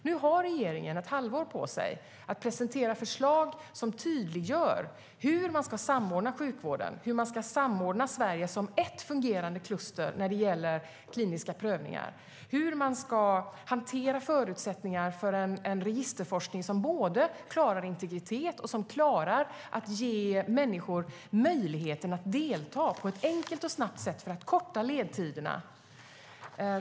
Nu har regeringen ett halvår på sig att presentera förslag som tydliggör hur man ska samordna sjukvården, hur man ska samordna Sverige som ett fungerande kluster när det gäller kliniska prövningar, hur man ska hantera förutsättningarna för en registerforskning som klarar både integritet och att ge människor möjligheten att delta på ett enkelt och snabbt sätt för att korta ledtiderna.